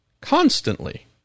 constantly